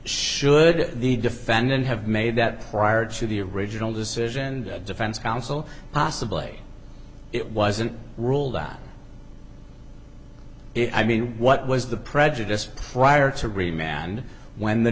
should the defendant have made that prior to the original decision and defense counsel possibly it wasn't ruled out if i mean what was the prejudice prior to remap and when the